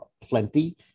plenty